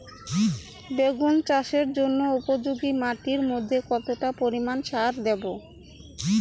বেগুন চাষের জন্য উপযোগী মাটির মধ্যে কতটা পরিমান সার দেব?